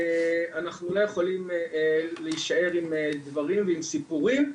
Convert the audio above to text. אנחנו לא יכולים להישאר עם דברים ועם סיפורים,